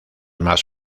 más